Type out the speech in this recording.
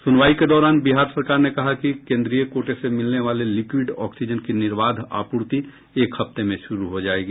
सुनवाई के दौरान बिहार सरकार ने कहा कि केंद्रीय कोटे से मिलने वाले लिक्विड ऑक्सीजन की निर्बाध आपूर्ति एक हफ्ते में शुरू हो जाएगी